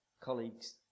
colleagues